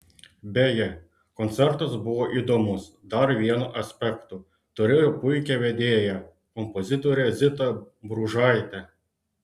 beje koncertas buvo įdomus dar vienu aspektu turėjo puikią vedėją kompozitorę zitą bružaitę